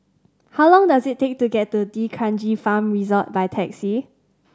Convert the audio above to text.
how long does it take to get to D'Kranji Farm Resort by taxi